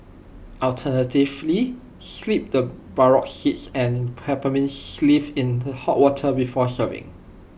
alternatively steep the burdock seeds and peppermint leaves in hot water before serving